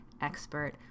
expert